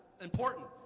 important